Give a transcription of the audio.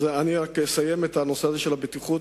אני רק אסיים את נושא הבטיחות,